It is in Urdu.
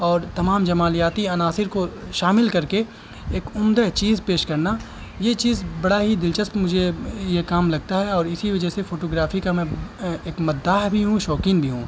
اور تمام جمالیاتی عناصر کو شامل کر کے ایک عمدہ چیز پیش کرنا یہ چیز بڑا ہی دلچسپ مجھے یہ کام لگتا ہے اور اسی وجہ سے فوٹوگررافی کا میں ایک مدح بھی ہوں شوقین بھی ہوں